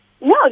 No